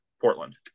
Portland